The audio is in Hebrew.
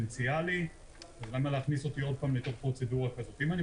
למה להכניס אותי שוב לפרוצדורה כזאת?